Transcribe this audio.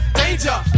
danger